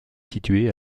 situé